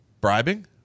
Bribing